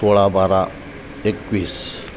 सोळा बारा एकवीस